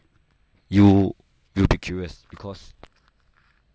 you will be curious because